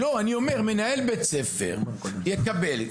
אני אומר שמנהל בית ספר שמעוניין להוציא טיול כזה,